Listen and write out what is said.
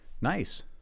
Nice